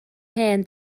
hen